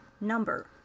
number